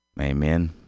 Amen